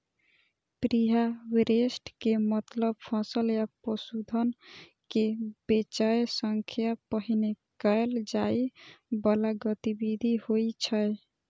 preharvest के मतलब फसल या पशुधन कें बेचै सं पहिने कैल जाइ बला गतिविधि होइ छै